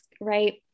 right